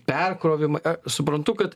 perkrovimą a suprantu kad